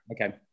okay